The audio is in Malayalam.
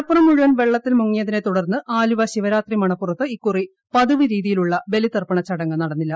മണപ്പുറം മുഴുവൻ വെള്ളത്തിൽ ക്ട് മൂങ്ങിയതിനെ തുടർന്ന് ആലുവ ശിവരാത്രി മണപ്പുറത്ത് ഇിക്കുറി പതിവു രീതിയിലുള്ള ബലി തർപ്പണ ചടങ്ങ് നടന്നില്ല